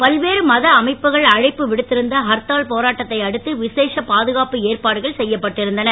பல்வேறு மத அமைப்புகள் அழைப்பு விடுத்திருந்த அர்த்தால் போராட்டத்தை அடுத்து விசேஷ் பாதுகாப்பு ஏற்பாடுகள் செய்யப்பட்டு இருந்தன